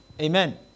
Amen